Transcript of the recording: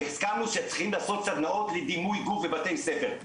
הסכמנו שצריכים לעשות סדנאות לדימוי גוף בבתי ספר,